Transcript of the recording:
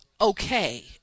okay